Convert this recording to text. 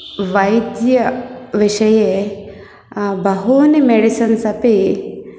वैद्यः विषये बहूनि मेडिसन्स् अपि